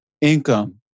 income